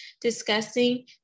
discussing